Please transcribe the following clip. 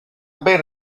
ben